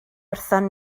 wrthon